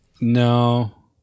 No